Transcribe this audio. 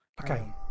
okay